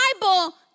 Bible